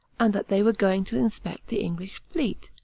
and that they were going to inspect the english fleet.